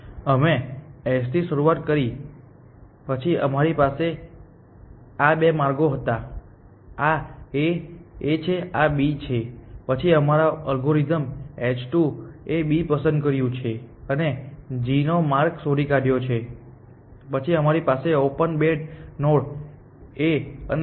અમે S થી શરૂઆત કરી પછી અમારી પાસે આ બે માર્ગો હતા આ A છે આ B છે પછી અમારા અલ્ગોરિધમ h 2 એ B પસંદ કર્યું છે અને g નો માર્ગ શોધી કાઢ્યો છે પછી અમારી પાસે ઓપન બે નોડ છેA અને G